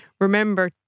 remember